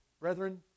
Brethren